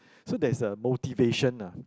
so there's a motivation ah